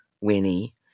Winnie